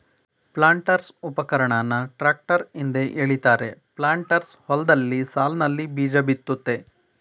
ಪ್ಲಾಂಟರ್ಸ್ಉಪಕರಣನ tractor ಹಿಂದೆ ಎಳಿತಾರೆ planters ಹೊಲ್ದಲ್ಲಿ ಸಾಲ್ನಲ್ಲಿ ಬೀಜಬಿತ್ತುತ್ತೆ